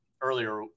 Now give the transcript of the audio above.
earlier